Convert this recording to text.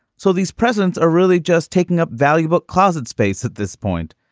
so these presense are really just taking up valuable closet space at this point.